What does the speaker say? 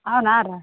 అవునా రా